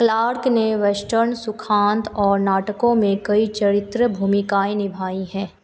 Clark ने western सुखांत और नाटकों में कई चरित्र भूमिकाएँ निभाई हैं